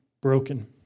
broken